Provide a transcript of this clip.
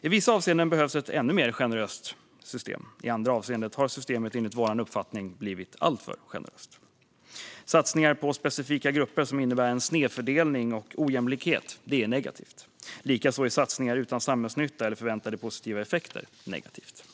I vissa avseenden behövs ett ännu mer generöst system. I andra avseenden har systemet enligt vår uppfattning blivit alltför generöst. Satsningar på specifika grupper som innebär en snedfördelning och ojämlikhet är negativt. Likaså är satsningar utan samhällsnytta eller förväntade positiva effekter negativt.